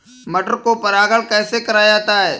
मटर को परागण कैसे कराया जाता है?